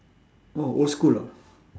oh old school ah